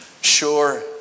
sure